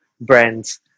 brands